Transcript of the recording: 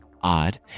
Odd